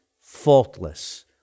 faultless